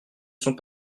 sont